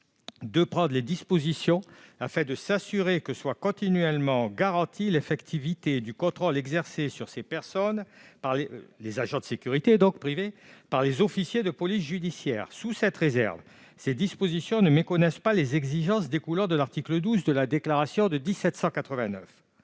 de prendre les dispositions afin de s'assurer que soit continuellement garantie l'effectivité du contrôle exercé sur ces personnes », à savoir les agents de sécurité privée, « par les officiers de police judiciaire ». Il conclut ainsi :« Sous cette réserve, ces dispositions ne méconnaissent pas les exigences découlant de l'article XII de la Déclaration de 1789.